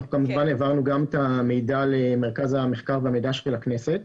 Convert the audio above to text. אנחנו כמובן העברנו את המידע גם למרכז המחקר והמידע של הכנסת.